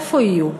איפה יהיו?